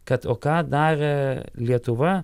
kad o ką darė lietuva